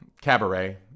Cabaret